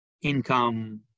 income